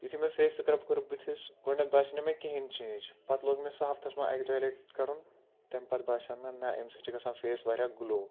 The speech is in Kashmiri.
یُتھُے مےٚ فیس سٕکرَب کوٚر بٕتھِس گۄڈٕنٮ۪تھ باسے نہٕ مےٚ کِہیٖنۍ چینٛج پتہٕ لوگ مےٚ سُہ ہفتَس منٛز اَکہِ دۄیہِ لَٹہِ کَرُن تَمہِ پتہٕ باسیو مےٚ نَہ اَمہِ سۭتۍ چھِ گژھان فیس واریاہ گٕلو